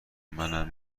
منم